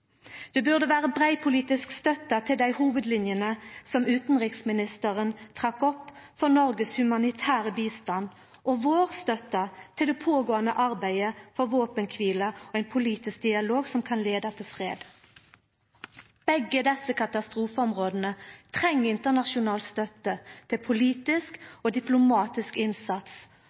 Det burde vera brei politisk støtte til dei hovudlinjene som utanriksministeren trekte opp for Noregs humanitære bistand, og til det pågåande arbeidet for våpenkvile og ein politisk dialog som kan føra til fred. Begge desse katastrofeområda treng internasjonal støtte til politisk og diplomatisk innsats